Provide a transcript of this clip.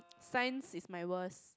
Science is my worst